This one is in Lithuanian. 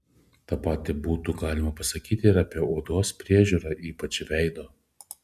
tą patį būtų galima pasakyti ir apie odos priežiūrą ypač veido